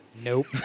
Nope